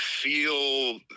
feel